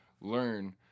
learn